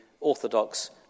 orthodox